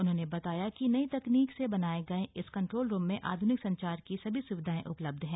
उन्होंने बताया कि नई तकनीक से बनाए गए इस कंट्रोल रूम में आध्निक संचार की सभी सुविधाएं उपलब्ध हैं